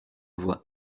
voix